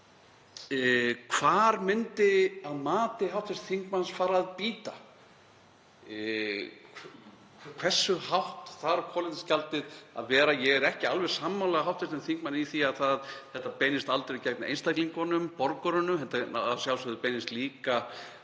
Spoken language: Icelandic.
Hvar myndi það að mati hv. þingmanns fara að bíta? Hversu hátt þarf kolefnisgjaldið að vera? Ég er ekki alveg sammála hv. þingmanni í því að þetta beinist aldrei gegn einstaklingunum, borgurunum. Að sjálfsögðu beinist þetta